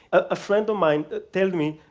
a friend of mine told me,